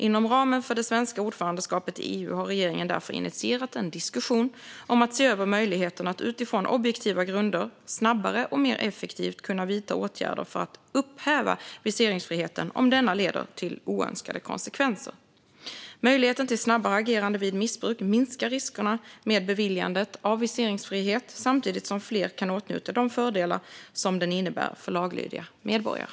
Inom ramen för det svenska ordförandeskapet i EU har regeringen därför initierat en diskussion om att se över möjligheterna att utifrån objektiva grunder, snabbare och mer effektivt kunna vidta åtgärder för att upphäva viseringsfriheten om denna leder till oönskade konsekvenser. Möjligheten till snabbare agerande vid missbruk minskar riskerna med beviljandet av viseringsfrihet, samtidigt som fler kan åtnjuta de fördelar som den innebär för laglydiga medborgare.